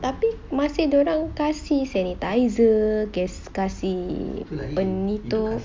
tapi masih dia orang kasi sanitiser kasi penutup